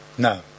No